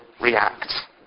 react